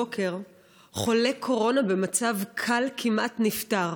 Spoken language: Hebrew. הבוקר חולה קורונה במצב קל כמעט נפטר,